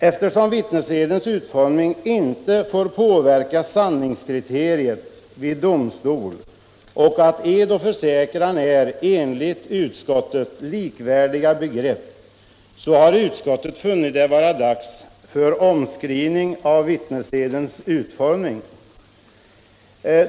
Eftersom vittnesedens utformning inte får påverka sanningskriteriet vid domstol och då ed och försäkran — enligt utskottet — är likvärdiga begrepp, så har utskottet funnit det vara dags för omskrivning av vitt nesedens utformning.